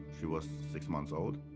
she was six months old,